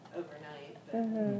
overnight